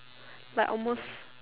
like almost